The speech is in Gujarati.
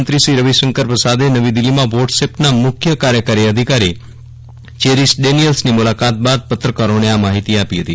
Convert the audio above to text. મંત્રી શ્રી રવિશંકર પ્રસાદે નવી દિલ્લીમાં વ્હોટ્સએપના મુખ્ય કાર્યકારી અધિકારી ચેરીશ ડેનિયલ્સની મુલાકાત બાદ પત્રકારોને આ માહિતી આપી હતી